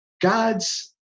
God's